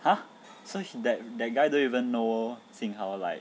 !huh! so he that guy don't even know jing hao like